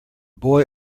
boy